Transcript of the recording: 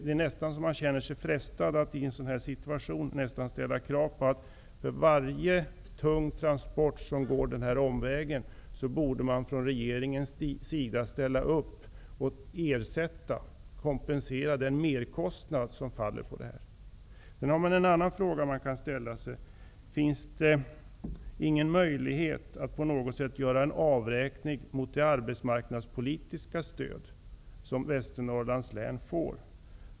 I en sådan här situation känner man sig nästan frestad att ställa krav på att regeringen skall kompensera för varje tung transport som måste ta den här omvägen. Finns det ingen möjlighet att göra en avräkning mot det arbetsmarknadspolitiska stöd som Västernorrlands län får?